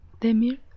Demir